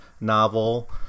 novel